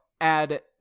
add